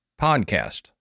podcast